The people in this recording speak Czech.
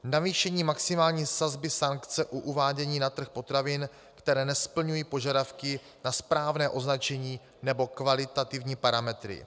Navýšení maximální sazby sankce u uvádění na trh potravin, které nesplňují požadavky na správné označení nebo kvalitativní parametry.